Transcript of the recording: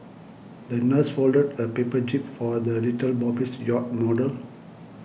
the nurse folded a paper jib for the little yacht model